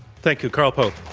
thank you. carl pope.